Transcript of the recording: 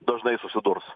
dažnai susidurs